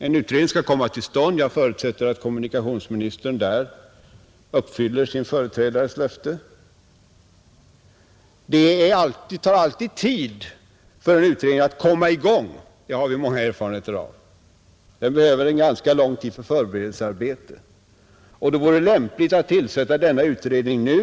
En utredning skall komma till stånd; jag förutsätter att kommunikationsministern där uppfyller sin företrädares löfte, Det tar alltid tid för en utredning att komma i gång — det har vi många erfarenheter av. Den behöver en ganska lång tid för förberedelsearbete — och det vore lämpligt att tillsätta denna utredning nu.